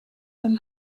from